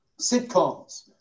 sitcoms